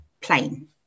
plain